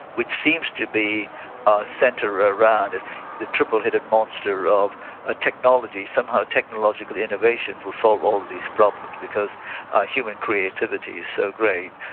which seems to be centred around the triple-headed monster of ah technology, somehow technological innovation will solve all these problems because human creativity is so great.